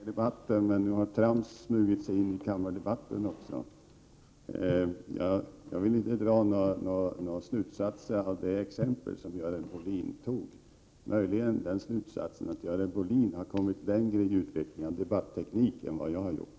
Herr talman! Jag skall inte mycket förlänga debatten, men nu har ”trams” smugit sig in i kammardebatten också. Jag vill inte dra några slutsatser av det exempel som Görel Bohlin tog, utom möjligen den slutsatsen att Görel Bohlin har kommit längre i utvecklingen i debatteknik än vad jag har gjort.